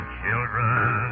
children